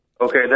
Okay